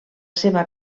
seva